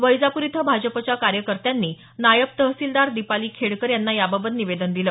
वैजापूर इथं भाजपच्या कार्यकर्त्यांनी नायब तहसीलदार दीपाली खेडकर यांना याबाबत निवेदन दिलं